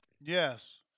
Yes